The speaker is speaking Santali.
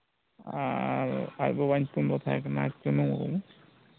ᱟᱨ ᱟᱡ ᱵᱟᱵᱟᱣᱟᱜ ᱧᱩᱛᱩᱢ ᱡᱚ ᱛᱟᱦᱮᱸᱠᱟᱱᱟ ᱪᱩᱱᱩ ᱢᱩᱨᱢᱩ